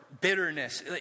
bitterness